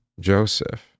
Joseph